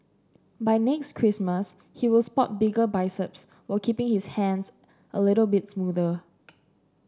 by next Christmas he will spot bigger biceps while keeping his hands a little bit smoother